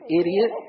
idiot